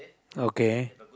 okay